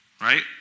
Right